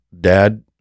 dad